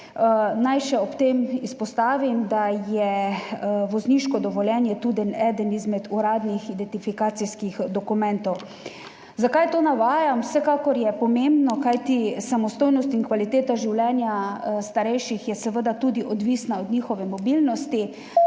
Naj še ob tem izpostavim, da je vozniško dovoljenje tudi eden izmed uradnih identifikacijskih dokumentov. Zakaj to navajam? Vsekakor je pomembno, kajti samostojnost in kvaliteta življenja starejših je seveda tudi odvisna od njihove mobilnosti,